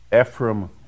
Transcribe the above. Ephraim